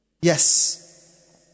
Yes